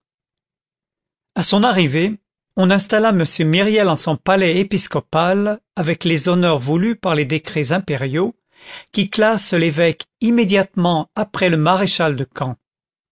à son arrivée on installa m myriel en son palais épiscopal avec les honneurs voulus par les décrets impériaux qui classent l'évêque immédiatement après le maréchal de camp